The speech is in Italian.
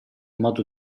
modo